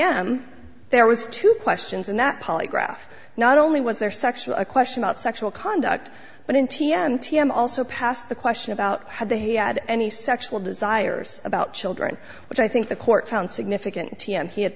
m there was two questions and that polygraph not only was there sexual a question about sexual conduct but in t n t i'm also past the question about had they had any sexual desires about children which i think the court found significant t m he had